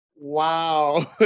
Wow